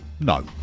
No